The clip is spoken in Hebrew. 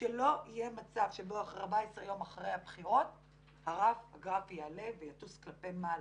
שלא יהיה מצב שבו 14 יום אחרי הבחירות הגרף יעלה ויטוס כלפי מעלה,